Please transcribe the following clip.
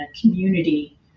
community